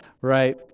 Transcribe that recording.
right